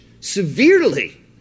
severely